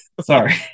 sorry